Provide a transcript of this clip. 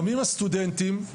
קמים הסטודנטים,